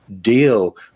deal